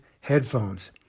headphones